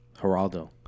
Geraldo